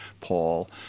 Paul